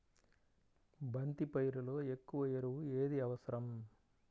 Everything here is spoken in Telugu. బంతి పైరులో ఎక్కువ ఎరువు ఏది అవసరం?